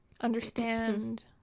understand